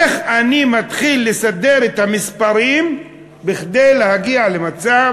איך אני מתחיל לסדר את המספרים כדי להגיע למצב